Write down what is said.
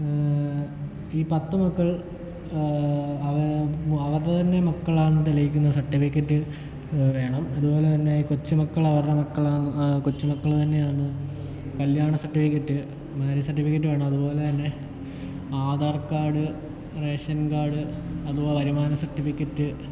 ഈ പത്ത് മക്കൾ അവ അവരുടെ തന്നെ മക്കളാണ് തെളിയിക്കുന്ന സെർട്ടിഫിക്കറ്റ് വേണം അതുപോലെ തന്നെ കൊച്ചു മക്കൾ അവരുടെ മക്കളാണ് കൊച്ചു മക്കൾ തന്നെയാണ് കല്യാണ സർട്ടിഫിക്കറ്റ് മാര്യേജ് സർട്ടിഫിക്കറ്റ് വേണം അതുപോലെ തന്നെ ആധാർ കാർഡ് റേഷൻ കാർഡ് അതുപോലെ വരുമാന സർട്ടിഫിക്കറ്റ്